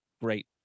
great